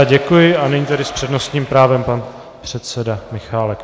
Děkuji a nyní tedy s přednostním právem pan předseda Michálek.